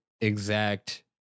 exact